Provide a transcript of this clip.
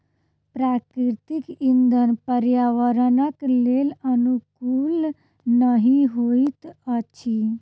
प्राकृतिक इंधन पर्यावरणक लेल अनुकूल नहि होइत अछि